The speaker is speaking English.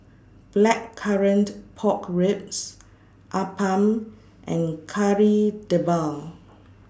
Blackcurrant Pork Ribs Appam and Kari Debal